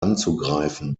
anzugreifen